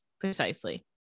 Precisely